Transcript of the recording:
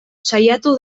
saiatu